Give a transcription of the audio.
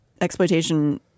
exploitation